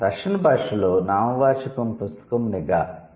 Russian భాషలో నామవాచకం పుస్తకం 'నిగా'